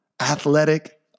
athletic